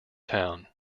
town